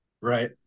Right